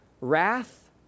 wrath